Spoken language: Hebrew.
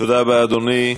תודה רבה, אדוני.